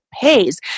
pays